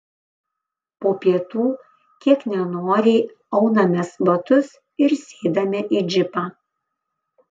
po pietų kiek nenoriai aunamės batus ir sėdame į džipą